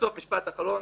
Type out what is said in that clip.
משפט אחרון.